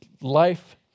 life